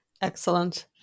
Excellent